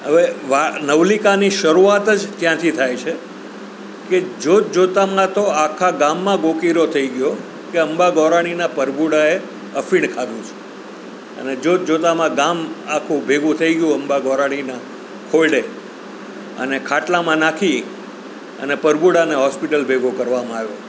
હવે આ નવલિકાની શરૂઆત જ ત્યાંથી થાય છે કે જોત જોતાંમા તો આખા ગામમાં ગોકીરો થઈ ગયો કે અંબા ગોરાણીના પરભુડાએ અફીણ ખાધું છે અને જોત જોતામાં ગામ આખું ભેગું થઈ ગયું અંબા ગોરાણીના ખોરડે અને ખાટલામાં નાખી અને પરભુડાને હોસ્પિટલ ભેગો કરવામાં આવ્યો